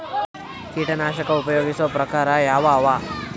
ಕೀಟನಾಶಕ ಉಪಯೋಗಿಸೊ ಪ್ರಕಾರ ಯಾವ ಅವ?